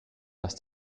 dass